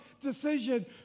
decision